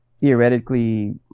theoretically